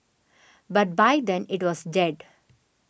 but by then it was dead